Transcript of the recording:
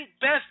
best